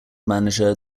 manager